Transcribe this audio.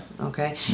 Okay